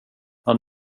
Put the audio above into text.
han